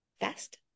Fast